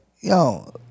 yo